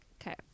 Okay